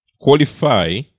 qualify